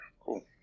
Cool